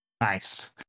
Nice